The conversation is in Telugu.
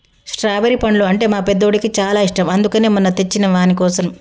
స్ట్రాబెరి పండ్లు అంటే మా పెద్దోడికి చాలా ఇష్టం అందుకనే మొన్న తెచ్చినం వానికోసం